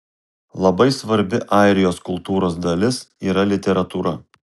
labai svarbi airijos kultūros dalis yra literatūra